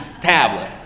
tablet